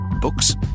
Books